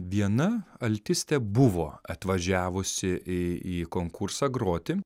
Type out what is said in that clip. viena altistė buvo atvažiavusi į į konkursą groti